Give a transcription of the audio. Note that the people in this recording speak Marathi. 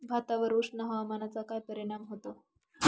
भातावर उष्ण हवामानाचा काय परिणाम होतो?